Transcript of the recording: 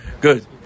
Good